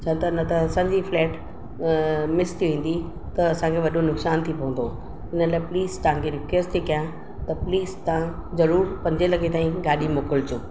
छो त न त असांजी फ्लाइट मिस थी वेंदी त असांखे वॾो नुक़सानु थी पवंदो इन लाइ प्लिस तव्हांखे रिक्वेस्ट थी कयां त प्लिस तव्हां ज़रूरु पंजे लॻे ताईं गाॾी मोकिलिजो